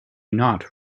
not